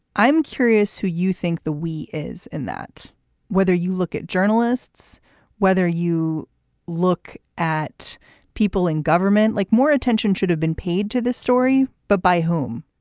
i'm curious who you think the wi is in that whether you look at journalists whether you look at people in government like more attention should have been paid to this story but by whom